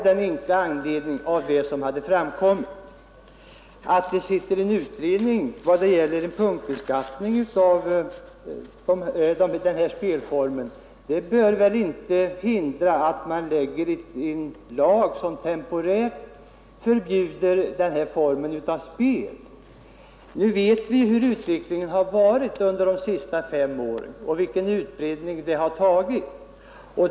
Det enkla faktum att en utredning sysslar med frågan om punktbeskattning på området bör väl inte hindra att man genomför en lag som temporärt förbjuder den här formen av spel. Nu vet vi hur utvecklingen har varit under de senaste fem åren och vilken utbredning automatspelet har fått.